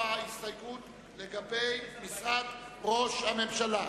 לגבי משרד ראש הממשלה.